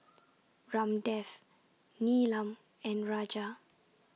Ramdev Neelam and Raja